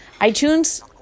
iTunes